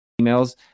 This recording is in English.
emails